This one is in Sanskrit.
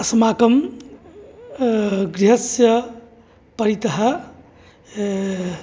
अस्माकं गृहस्य परितः